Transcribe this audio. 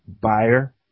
buyer